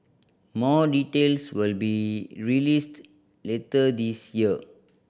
more details will be released later this year